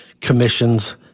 Commissions